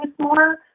more